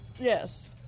yes